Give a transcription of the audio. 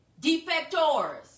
defectors